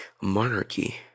Monarchy